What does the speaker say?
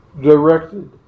directed